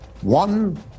One